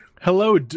Hello